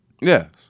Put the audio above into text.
Yes